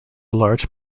large